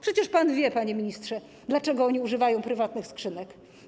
Przecież pan wie, panie ministrze, dlaczego oni używają prywatnych skrzynek.